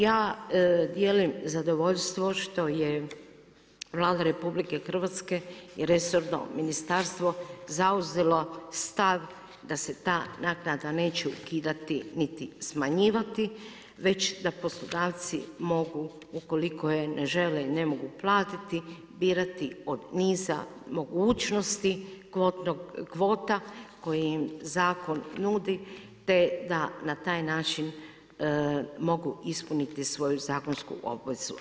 Ja dijelim zadovoljstvo što je Vlada RH i resorno ministarstvo zauzelo stav da se ta naknada neće ukidati niti smanjivati već da poslodavci mogu ukoliko je ne žele i ne mogu platiti birati od niza mogućnosti kvota koje im zakon nudi te da na taj način mogu ispuniti svoju zakonsku obvezu.